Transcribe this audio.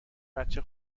بچه